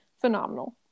phenomenal